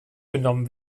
genommen